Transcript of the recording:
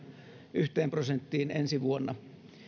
yhteen prosenttiin ensi vuonna